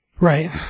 Right